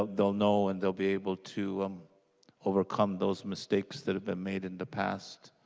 they will know and be able to um overcome those mistakes that have been made in the past.